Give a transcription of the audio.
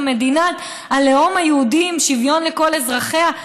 מדינת הלאום היהודי עם שוויון לכל אזרחיה?